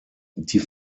die